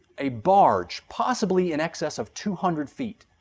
a barge possibly in excess of two hundred feet,